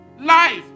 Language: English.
Life